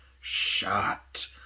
shot